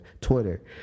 Twitter